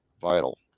vital